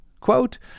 Quote